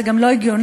זה גם לא הגיוני,